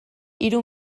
hiru